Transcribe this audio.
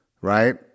right